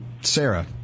Sarah